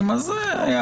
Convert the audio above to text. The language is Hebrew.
בואו,